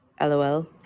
LOL